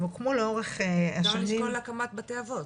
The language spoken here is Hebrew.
הם הוקמו לאורך השנים --- אפשר לשקול הקמת בתי אבות.